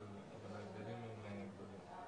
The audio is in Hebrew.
אבל ההבדלים הם גדולים.